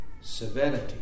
severity